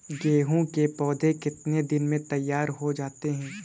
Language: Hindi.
गेहूँ के पौधे कितने दिन में तैयार हो जाते हैं?